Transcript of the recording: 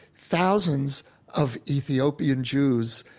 thousands of ethiopian jews,